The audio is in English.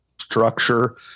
structure